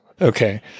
Okay